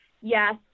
yes